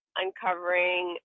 uncovering